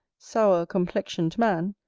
sour-complexioned man,